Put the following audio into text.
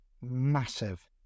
massive